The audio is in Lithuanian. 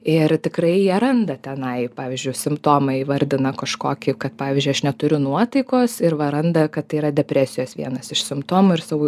ir tikrai jie randa tenai pavyzdžiui simptomai įvardina kažkokį kad pavyzdžiui aš neturiu nuotaikos ir va randa kad tai yra depresijos vienas iš simptomų ir sau